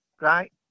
right